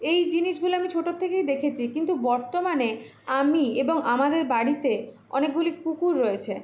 এই জিনিসগুলো আমি ছোটোর থেকেই দেখেছি কিন্তু বর্তমানে আমি এবং আমাদের বাড়িতে অনেকগুলি কুকুর রয়েছে